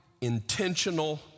intentional